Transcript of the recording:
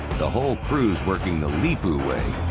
the whole crew's working the leepu way.